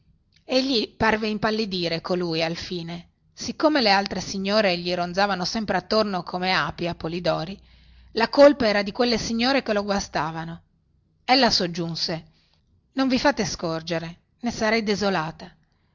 egli parve impallidire colui alfine siccome le altre signore gli ronzavano sempre attorno come api a polidori la colpa era di quelle signore che lo guastavano ella soggiunse non vi fate scorgere ne sarei desolata